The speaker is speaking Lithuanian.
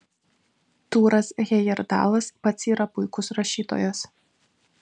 tūras hejerdalas pats yra puikus rašytojas